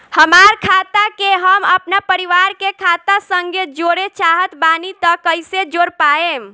हमार खाता के हम अपना परिवार के खाता संगे जोड़े चाहत बानी त कईसे जोड़ पाएम?